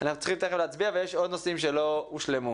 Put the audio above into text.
אנחנו צריכים תכף להצביע ויש עוד נושאים שלא הושלמו.